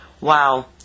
Wow